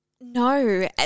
No